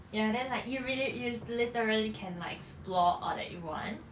ya then like you really you literally can like explore all that you want